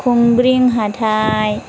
कंब्रिं हाथाइ